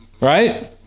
right